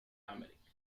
عملك